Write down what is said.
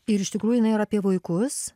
ir iš tikrųjų jinai yra apie vaikus